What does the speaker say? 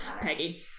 Peggy